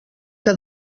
que